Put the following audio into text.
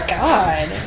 god